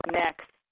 next